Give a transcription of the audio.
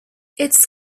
its